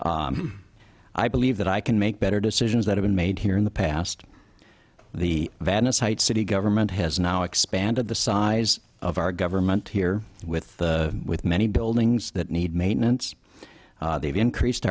job i believe that i can make better decisions that have been made here in the past the vanna site city government has now expanded the size of our government here with with many buildings that need maintenance they've increased